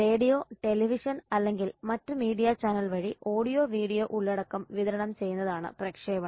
radio television അല്ലെങ്കിൽ മറ്റ് media channel വഴി ഓഡിയോ വീഡിയോ ഉള്ളടക്കം വിതരണം ചെയ്യുന്നതാണ് പ്രക്ഷേപണം